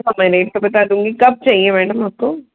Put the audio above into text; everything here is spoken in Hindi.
मैं देख के बता दूँगी कब चाहिए मैडम आपको